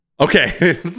Okay